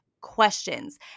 questions